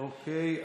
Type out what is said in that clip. אוקיי.